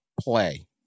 play